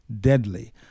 deadly